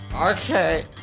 Okay